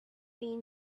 thin